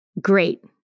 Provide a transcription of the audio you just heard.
Great